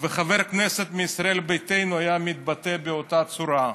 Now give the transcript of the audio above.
וחבר כנסת מישראל ביתנו היה מתבטא באותה צורה.